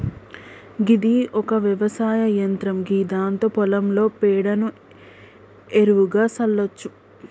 గిది ఒక వ్యవసాయ యంత్రం గిదాంతో పొలంలో పేడను ఎరువుగా సల్లచ్చు